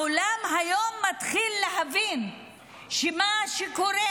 העולם היום מתחיל להבין שמה שקורה,